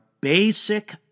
basic